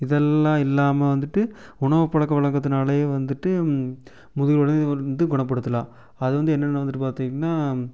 இதல்லாம் இல்லாமல் வந்துட்டு உணவுப் பழக்கவழக்கத்தினாலையும் வந்துட்டு முதுகு வலியும் வந்து குணப்படுத்தலாம் அது வந்து என்னன்னு வந்துட்டு பார்த்தீங்கன்னா